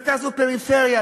מרכז ופריפריה,